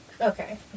Okay